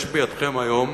יש בידכם היום